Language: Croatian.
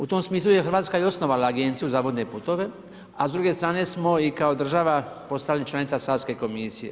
U tom smislu je Hrvatska i osnovala Agenciju za vodne puteve, a s druge strane smo i kao država postali članica Savske komisije.